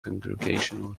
congregational